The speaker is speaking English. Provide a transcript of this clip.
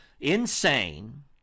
insane